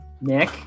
Nick